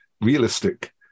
realistic